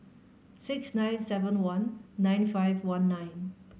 six nine seven one nine five one nine